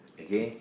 again